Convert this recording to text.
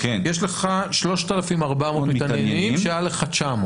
יש לך 3,400 מתעניינים כשהיו לך 900?